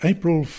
April